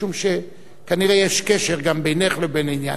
משום שכנראה יש גם קשר בינך לבין העניין.